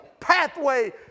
pathway